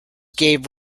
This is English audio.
gave